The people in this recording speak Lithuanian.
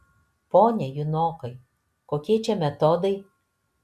pone junokai kokie čia metodai